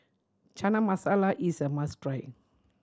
Chana Masala is a must try